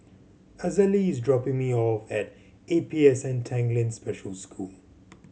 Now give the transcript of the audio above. Azalee is dropping me off at A P S N Tanglin Special School